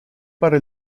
para